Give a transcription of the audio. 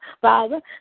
Father